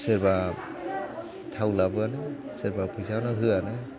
सोरबा थाव लाबोआनो सोरबा फैसा होआनो